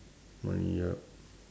money ya